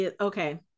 Okay